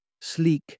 sleek